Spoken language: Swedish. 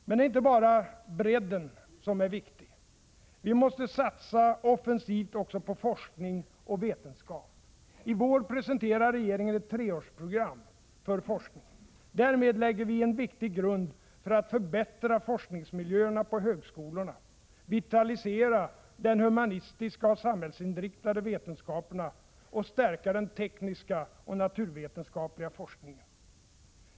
Men det är inte bara bredden som är viktig. Vi måste satsa offensivt också på forskning och vetenskap. I vår presenterar regeringen ett treårsprogram för forskningen. Därmed lägger vi en viktig grund för att förbättra forskningsmiljöerna på högskolorna, vitalisera de humanistiska och samhällsinriktade vetenskaperna och stärka den tekniska och naturvetenskapliga forskningen.